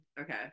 Okay